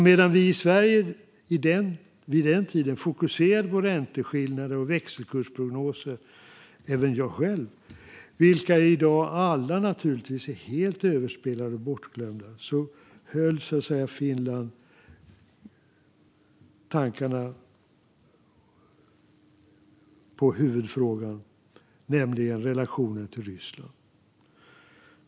Medan vi i Sverige - även jag själv - vid den tiden fokuserade på ränteskillnader och växelkursprognoser som i dag alla är helt överspelade och bortglömda höll Finland tankarna på huvudfrågan, nämligen relationen till Ryssland.